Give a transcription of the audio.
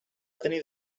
tenir